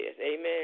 amen